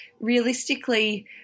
realistically